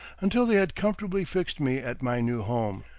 until they had comfortably fixed me at my new home.